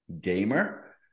Gamer